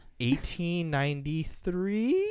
1893